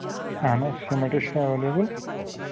اَہَن حظ سیٖمَٹ حظ چھُ ایٚوہلیبٔل